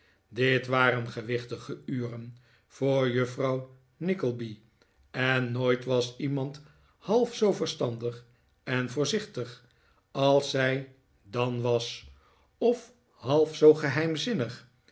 dit waren gewichtige uren voor juffrouw nickleby en nooit was iemand half zoo verstandig en voorzichtig als zij dan was of half zoo geheimzinnig